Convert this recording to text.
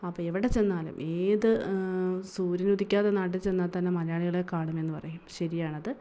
അപ്പം അവിടെ ചെന്നാലും ഏത് സൂര്യനുദിക്കാത്ത നാട്ടിൽ ചെന്നാൽ തന്നെ മലയാളികളെ കാണുമെന്ന് പറയും ശരിയാണത്